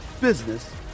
business